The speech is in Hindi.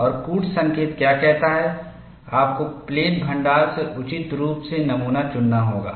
और कूट संकेत क्या कहते हैं आपको प्लेट भण्डार से उचित रूप से नमूना चुनना होगा